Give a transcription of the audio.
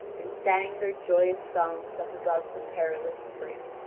and sang their joyous songs up above the perilous spring.